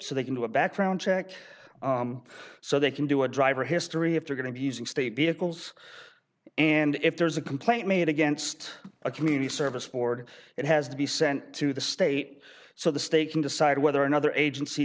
so they can do a background check so they can do a driver history if they're going to be using state vehicles and if there's a complaint made against a community service board it has to be sent to the state so the stay can decide whether another agency